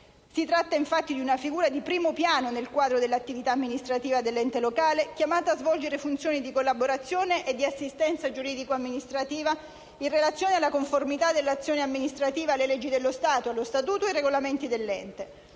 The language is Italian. Si tratta, infatti, di una figura di primo piano nel quadro dell'attività amministrativa dell'ente locale, chiamata a svolgere funzioni di collaborazione e di assistenza giuridico-amministrativa in relazione alla conformità dell'azione amministrativa alle leggi dello Stato, allo statuto ed ai regolamenti dell'ente.